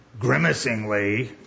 grimacingly